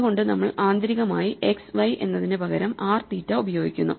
അതുകൊണ്ട് നമ്മൾ ആന്തരികമായി എക്സ് വൈ എന്നതിന് പകരം R തീറ്റ ഉപയോഗിക്കുന്നു